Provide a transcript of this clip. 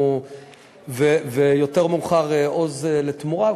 ויותר מאוחר "עוז לתמורה".